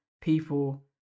people